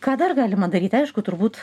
ką dar galima daryti aišku turbūt